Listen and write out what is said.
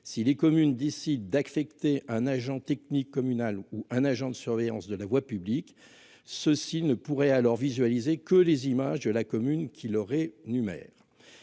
si les communes décident d'affecter un agent technique communal ou un agent de surveillance de la voie publique. Ceux-ci ne pourraient à leur visualiser que les images de la commune qui leur énumère.